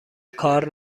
کار